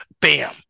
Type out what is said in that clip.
bam